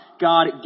God